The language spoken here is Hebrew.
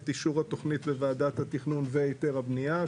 את אישור התוכנית לוועדת התיכנון והיתר הבנייה,